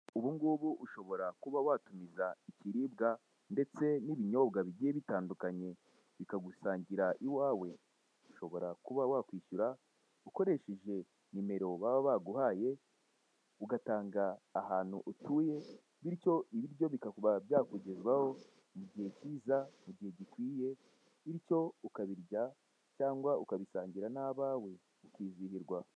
Ubu ngubu ushobora kuba watumiza ibiribwa ndetse n'ibinyobwa bigiye bitandukanye bikagusanga iwawe. Ushobora kuba wakwishyura ukoresheje nimero baba baguhaye ugatanga ahantu utuye bityo ibiryo bikakugezwaho igihe kiza, igihe gikwiye bityo ukabirya cyangwa ukabisangira nabawe ukizihirwa.